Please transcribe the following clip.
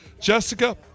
jessica